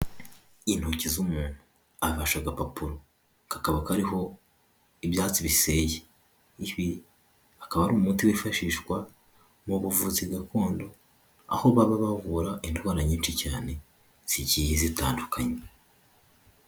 Intoki z'umuntu afashe agapapuro, kakaba kariho ibyatsi biseye, ibi akaba ari umuti wifashishwa mu buvuzi gakondo aho baba bavura indwara nyinshi cyane zigiye zitandukanye.